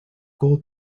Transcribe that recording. gold